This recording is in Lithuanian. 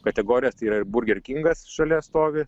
kategorijas tai yra ir burger kingas šalia stovi